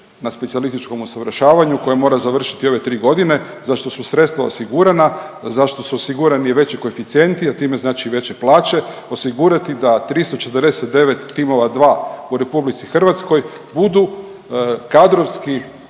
na specijalističkom usavršavanju koje mora završiti ove tri godine za što su sredstva osigurana, za što su osigurani i veći koeficijenti, a time znači i veće plaće, osigurati da 349 timova dva u Republici Hrvatskoj budu kadrovski